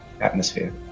atmosphere